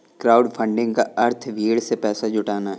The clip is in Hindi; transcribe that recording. क्राउडफंडिंग का अर्थ भीड़ से पैसा जुटाना है